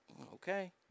Okay